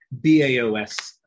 BAOS